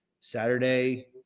Saturday